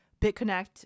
bitconnect